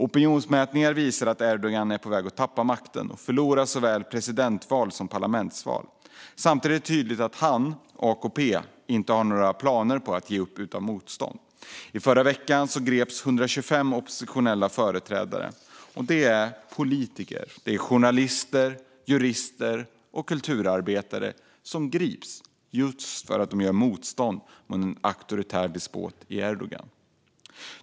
Opinionsmätningar visar att Erdogan är på väg att tappa makten och förlora såväl presidentval som parlamentsval. Samtidigt är det tydligt att han och AKP inte har några planer på att ge upp utan motstånd. I förra veckan greps 125 oppositionella företrädare. Det är politiker, journalister, jurister och kulturarbetare som grips just för att de gör motstånd mot en auktoritär despot - Erdogan.